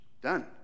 done